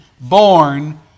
born